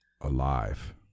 Alive